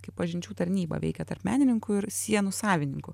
kaip pažinčių tarnyba veikia tarp menininkų ir sienų savininkų